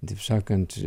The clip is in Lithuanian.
taip sakant